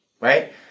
right